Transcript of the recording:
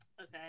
okay